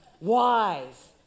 wise